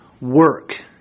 work